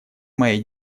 моей